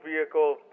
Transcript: vehicle